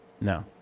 No